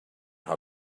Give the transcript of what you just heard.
how